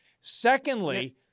Secondly